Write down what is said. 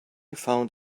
found